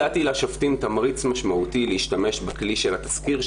נתתי לשופטים תמריץ משמעותי להשתמש בכלי של התסקיר,